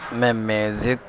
میں میزک